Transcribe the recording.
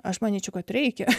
aš manyčiau kad reikia